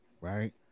right